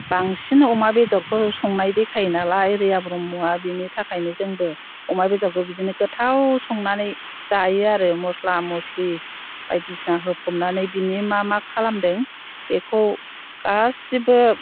बांसिन अमा बेदरखौ संनाय देखायो नालाय रिया ब्रह्मआ बेनि थाखायनो जोंबो अमा बेदरखौ बिदिनो गोथाव संनानै जायो आरो मस्ला मस्लि बायदिसिना होफबनानै बिनि मा मा खालामदों बेखौ गासैबो